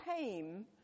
came